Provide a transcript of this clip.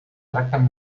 tracten